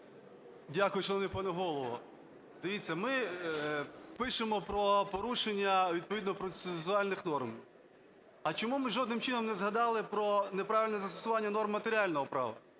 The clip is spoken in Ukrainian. Дякую, шановний пане Голово. Дивіться, ми пишемо про порушення відповідно процесуальних норм. А чому ми жодним чином не згадали про неправильне застосування норм матеріального права?